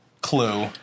clue